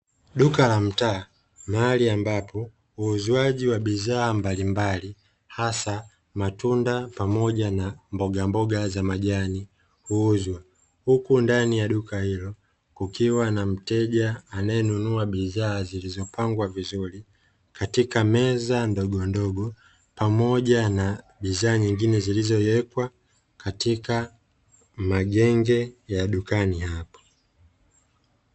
Duka la mtaa mahali ambapo muuzaji wa bidhaa mbalimbali hasa matunda pamoja na mbogamboga za majani, huuzwa huku ndani ya duka hilo kukiwa na mteja anayenunua bidhaa zilizopangwa vizuri katika meza ndogondogo, pamoja na bidhaa nyingine zilizowekwa katika magengeya dukani hapo.